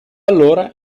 allora